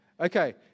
Okay